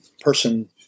person